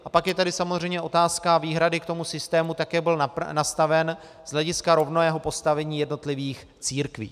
A pak je tady samozřejmě otázka výhrady k tomu systému, tak, jak byl nastaven z hlediska rovného postavení jednotlivých církví.